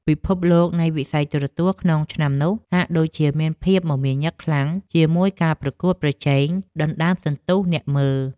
ពិភពលោកនៃវិស័យទូរទស្សន៍ក្នុងឆ្នាំនោះហាក់ដូចជាមានភាពមមាញឹកខ្លាំងជាមួយការប្រកួតប្រជែងដណ្តើមសន្ទុះអ្នកមើល។